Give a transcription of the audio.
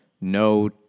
no